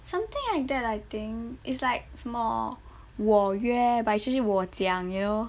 something like that I think is like 什么我约 but it's actually 我讲 you know